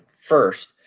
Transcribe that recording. first